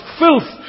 filth